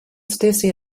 stacey